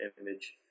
image